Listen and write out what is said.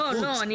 לא, לא.